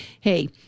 hey